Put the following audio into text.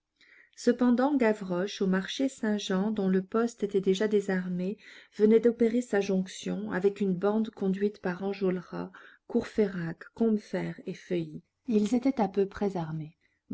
cependant gavroche au marché saint-jean dont le poste était déjà désarmé venait dopérer sa jonction avec une bande conduite par enjolras courfeyrac combeferre et feuilly ils étaient à peu près armés